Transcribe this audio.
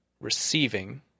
receiving